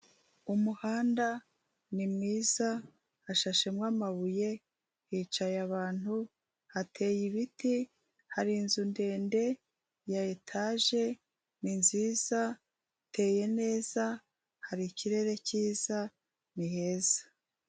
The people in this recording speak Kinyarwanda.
umuhanda ni mwiza hashashemo amabuye hicaye abantu hateye ibiti hari inzu ndende ya etaje ni nziza iteye neza hari ikirere cyiza ni heza.